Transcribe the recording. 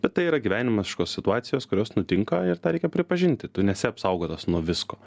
bet tai yra gyvenimiškos situacijos kurios nutinka ir tą reikia pripažinti tu nesi apsaugotas nuo visko